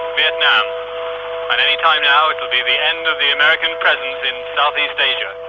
vietnam, and anytime now it will be the end of the american presence in southeast asia.